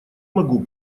могу